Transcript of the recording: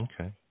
Okay